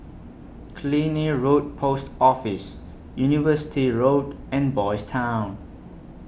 Killiney Road Post Office University Road and Boys' Town